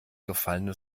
gefallene